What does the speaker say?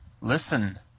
Listen